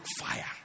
fire